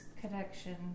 connection